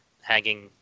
hanging